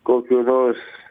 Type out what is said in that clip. kokių nors